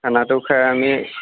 খানাটো খাই আমি